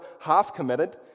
half-committed